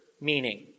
meaning